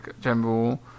general